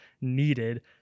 needed